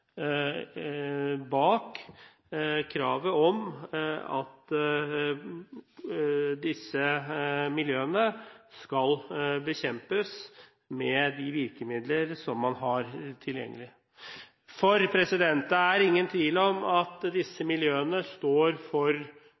bak kravet om at disse miljøene skal bekjempes med de virkemidler som man har tilgjengelig. For det er ingen tvil om at disse miljøene står for